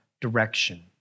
direction